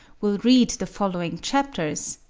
will read the following chapters,